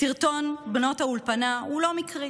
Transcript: סרטון בנות האולפנה הוא לא מקרי.